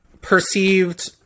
perceived